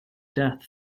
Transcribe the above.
death